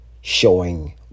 showing